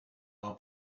our